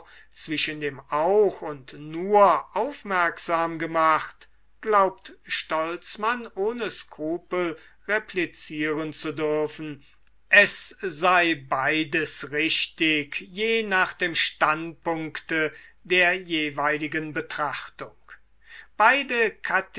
zwischen dem auch und nur aufmerksam gemacht glaubt stolzmann ohne skrupel replizieren zu dürfen es sei beides richtig je nach dem standpunkte der jeweiligen betrachtung beide